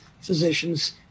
physicians